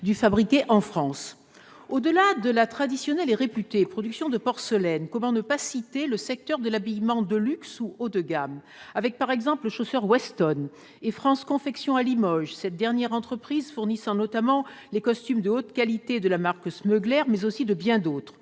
du « fabriqué en France ». Très bien ! Au-delà de la traditionnelle et réputée production de porcelaine, comment ne pas citer le secteur de l'habillement de luxe ou haut de gamme avec, par exemple, le chausseur Weston et France Confection, à Limoges- cette dernière entreprise fournissant notamment les costumes de haute qualité de la marque Smuggler et de bien d'autres